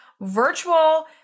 virtual